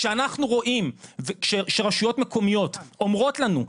כשאנחנו רואים שרשויות מקומיות אומרות לנו,